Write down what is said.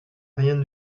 rien